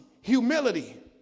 humility